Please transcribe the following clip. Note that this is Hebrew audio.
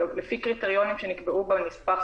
לפי קריטריונים שנקבעו בנספח,